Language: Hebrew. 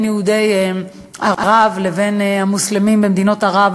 יהודי ערב לבין המוסלמים במדינות ערב,